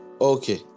Okay